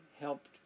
helped